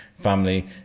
family